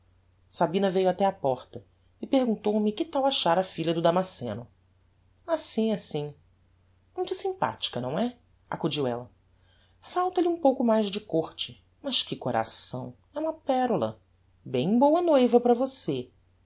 sabina veiu até á porta e perguntou-me que tal achára a filha do damasceno assim assim muito sympathica não é acudiu ella falta-lhe um pouco mais de corte mas que coração é uma perola bem boa noiva para você